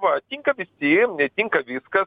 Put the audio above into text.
va tinka visi tinka viskas